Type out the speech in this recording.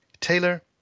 Taylor